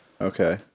Okay